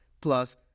plus